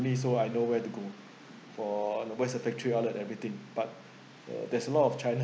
so I know where to go for what's the factory out of everything but uh there's a lot of china